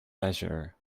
leisure